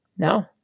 No